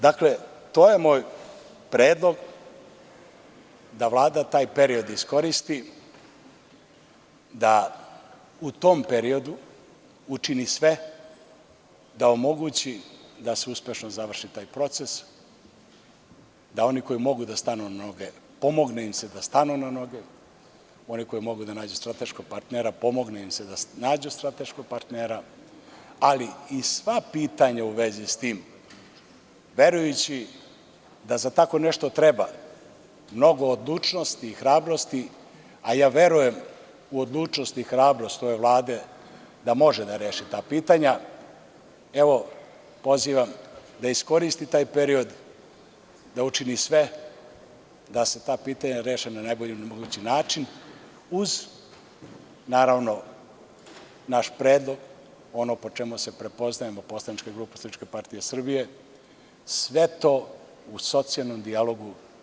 Dakle, to je moj predlog, da Vlada taj period iskoristi, da u tom periodu učini sve da omogući da se uspešno završi taj proces, da oni koji mogu da stanu na noge, pomogne im se da stanu na noge, oni koji mogu da nađu strateškog partnera, da im se pomogne da nađu strateškog partnera, ali i sva pitanja u vezi sa tim, verujući da za tako nešto treba mnogo odlučnosti i hrabrosti, a ja verujem u odlučnost i hrabrost ove Vlade da može da reši ta pitanja, evo, pozivam da iskoristi taj period da učini sve da se ta pitanja reše na najbolji mogući način uz, naravno, naš predlog, ono po čemu se prepoznajemo, poslanička grupa SPS, sve to u socijalnom dijalogu.